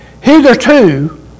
Hitherto